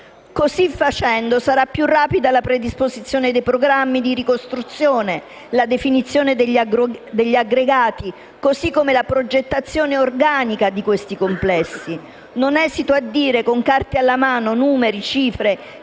Così facendo, sarà più rapida la predisposizione dei programmi di ricostruzione, la definizione degli aggregati, così come la progettazione organica di questi complessi. Non esito a dire, con carte alla mano, numeri e cifre,